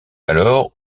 alors